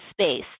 space